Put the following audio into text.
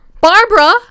Barbara